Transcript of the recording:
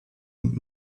und